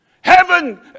Heaven